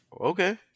Okay